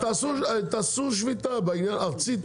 תעשו שביתה ארצית,